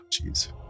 jeez